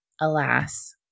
alas